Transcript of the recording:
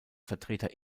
vertreter